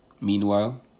Meanwhile